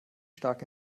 stark